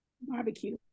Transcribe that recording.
Barbecue